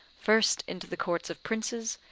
first into the courts of princes,